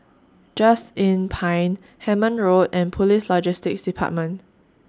Just Inn Pine Hemmant Road and Police Logistics department